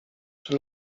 czy